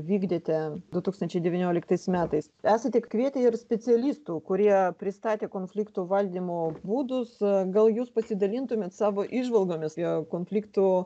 vykdėte du tūkstančiai devynioliktais metais esate kvietę ir specialistų kurie pristatė konfliktų valdymo būdus gal jūs pasidalintumėt savo įžvalgomis jo konfliktų